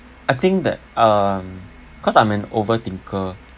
I think that um cause I'm an over thinker